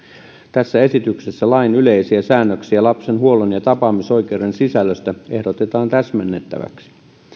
tässä esityksessä lain yleisiä säännöksiä lapsen huollon ja tapaamisoikeuden sisällöstä ehdotetaan täsmennettäväksi